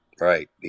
right